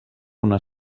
una